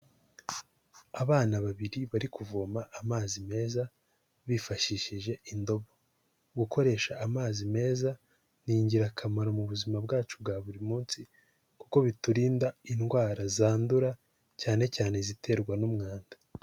Abana babiri bari kuvoma amazi meza bifashishije indobo. Gukoresha amazi meza ni ingirakamaro mu buzima bwacu bwa buri munsi kuko biturinda indwara zandura cyane cyane iziterwa n'umwanda.